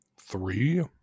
three